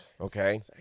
Okay